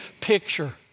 picture